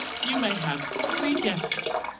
you may have three guesses.